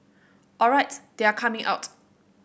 alright they are coming out